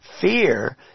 Fear